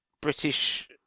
British